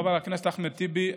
חבר הכנסת אחמד טיבי,